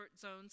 zones